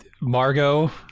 Margot